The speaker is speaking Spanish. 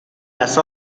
las